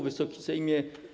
Wysoki Sejmie!